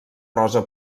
rosa